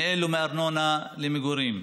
מאלו שמארנונה למגורים.